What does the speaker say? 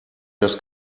das